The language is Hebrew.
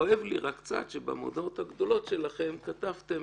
כואב לי רק קצת שבמודעות הגדולות שלכם כתבתם